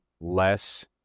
less